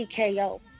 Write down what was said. TKO